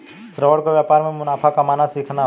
श्रवण को व्यापार में मुनाफा कमाना सीखना होगा